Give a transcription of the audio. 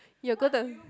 you're gonna